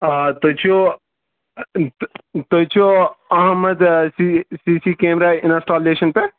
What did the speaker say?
آ تُہۍ چھِ تُہۍ چھِ Ahmed C C C camera installation پیٚٹھ